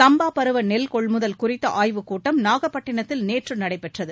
சம்பா பருவ நெல் கொள்முதல் குறித்த ஆய்வுக்கூட்டம் நாகப்பட்டிணத்தில் நேற்று நடைபெற்றது